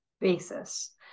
basis